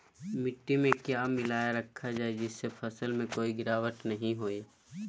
मिट्टी में क्या मिलाया रखा जाए जिससे फसल में कोई गिरावट नहीं होई?